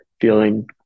feeling